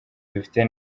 dufite